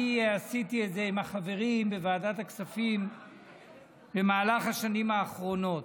אני עשיתי את זה עם החברים בוועדת הכספים במהלך השנים האחרונות.